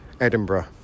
Edinburgh